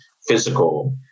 physical